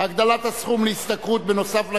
הגדלת הסכום להשתכרות בנוסף לקצבה),